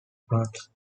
plants